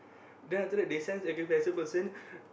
then after that they send sacrificer person